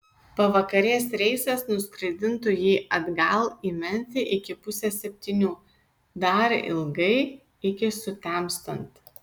pavakarės reisas nuskraidintų jį atgal į memfį iki pusės septynių dar ilgai iki sutemstant